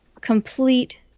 complete